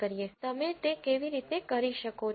તમે તે કેવી રીતે કરી શકો છો